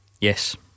Yes